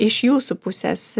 iš jūsų pusės